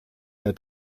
der